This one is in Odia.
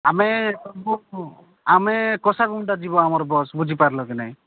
ଆମେ ଆମେ କୋଷାଗୁମ୍ଟା ଯିବ ଆମର ବସ୍ ବୁଝିପାରିଲ କି ନାହିଁ